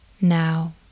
Now